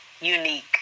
unique